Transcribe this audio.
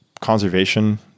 conservation